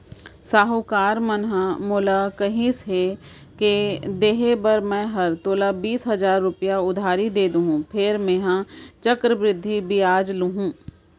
साहूकार ह मोला कहिस के देहे बर मैं हर तोला बीस हजार रूपया उधारी दे देहॅूं फेर मेंहा चक्रबृद्धि बियाल लुहूं